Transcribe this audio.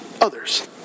others